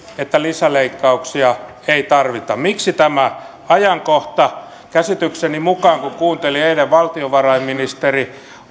että lisäleikkauksia ei tarvita miksi tämä ajankohta käsitykseni mukaan kun kuuntelin eilen valtiovarainministeri